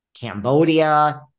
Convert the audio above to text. Cambodia